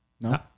No